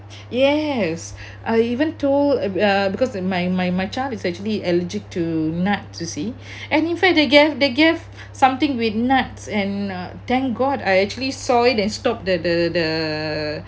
yes I even told uh because my my my child is actually allergic to nuts you see and in fact they gave they gave something with nuts and uh thank god I actually saw it and stop the the the